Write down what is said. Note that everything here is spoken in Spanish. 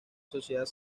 sociedad